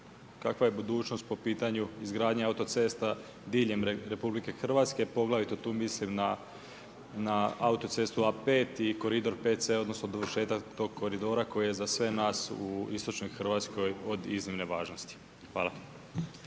kakva je budućnost po pitanju izgradnje autocesta diljem RH, poglavito tu mislim na autocestu A-5 i koridor 5-C odnosno dovršetak tog koridora koji je za sve nas u istočnoj Hrvatskoj od iznimne važnosti. Hvala.